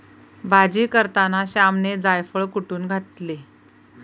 भाजी करताना श्यामने जायफळ कुटुन घातले